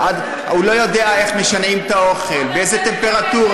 הוא לא יודע איך משנעים את האוכל, באיזו טמפרטורה.